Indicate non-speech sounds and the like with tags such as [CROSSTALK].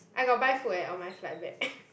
I got buy food eh on my flight back [LAUGHS]